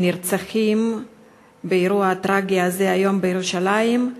הנרצחים באירוע הטרגי הזה היום בירושלים,